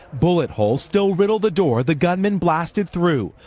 bullet holes still riddle the door the gunman blasted through.